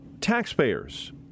taxpayers